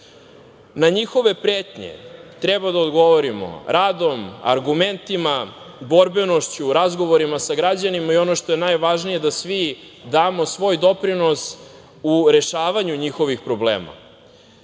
njihove pretnje treba da odgovorimo radom, argumentima, borbenošću, razgovorima sa građanima i, ono što je najvažnije, da svi damo svoj doprinos u rešavanju njihovih problema.U